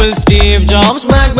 ah steve jobs was